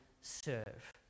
serve